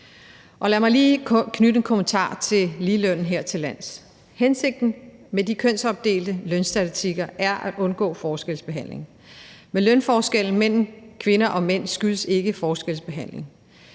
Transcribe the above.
Lad mig lige knytte en kommentar til ligelønnen hertillands. Hensigten med de kønsopdelte lønstatistikker er at undgå forskelsbehandling. Men lønforskellen mellem kvinder og mænd skyldes ikke forskelsbehandling.